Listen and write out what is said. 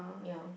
ya